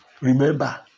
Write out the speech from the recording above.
remember